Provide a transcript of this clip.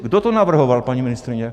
Kdo to navrhoval, paní ministryně?